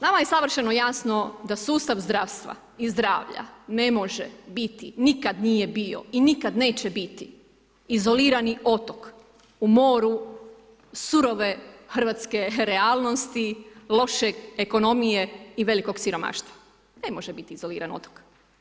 Nama je savršeno jasno da sustav zdravstva i zdravlja ne može biti, nikada nije bio i nikada neće biti izolirani otok u moru surove hrvatske realnosti, loše ekonomije i velikog siromaštva, ne može biti izoliran otok.